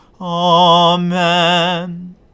Amen